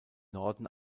norden